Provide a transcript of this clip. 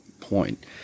point